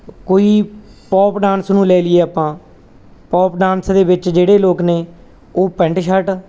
ਕੋਈ pop dance ਨੂੰ ਲੈ ਲਈਏ ਆਪਾਂ ਪੋਪ ਡਾਂਸ ਦੇ ਵਿੱਚ ਜਿਹੜੇ ਲੋਕ ਨੇ ਉਹ ਪੈਂਟ ਸ਼ਰਟ